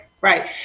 right